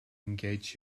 engage